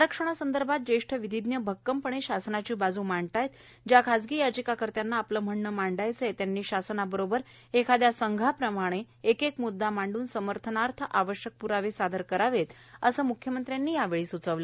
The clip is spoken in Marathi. आरक्षणासंदर्भात ज्येष्ठ विधिज्ञ भक्कमपणे शासनाची बाजू मांडत आहेत ज्या खासगी याचिकाकर्त्यांना आपले म्हणणे मांडायचे आहे त्यांनी शासनाबरोबर एखाद्या संघाप्रमाणे एकेक म्ददा मांडून समर्थनार्थ आवश्यक प्रावे सादर करावेत असं मुख्यमंत्र्यांनी यावेळी सुचवलं